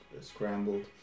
scrambled